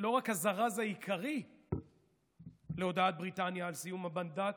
לא רק הזרז העיקרי להודעת בריטניה על סיום המנדט,